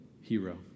hero